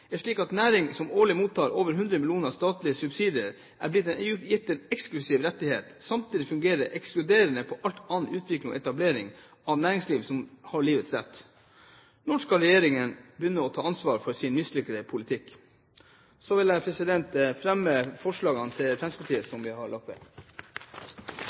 er slik at en næring som årlig mottar over 100 mill. kr i statlige subsidier og er blitt gitt eksklusive rettigheter, samtidig fungerer ekskluderende på all annen utvikling og etablering av næringsliv som har livets rett. Når skal regjeringen begynne å ta ansvar for sin mislykkede politikk? Så vil jeg fremme